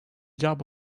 job